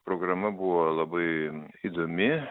programa buvo labai įdomi